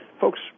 folks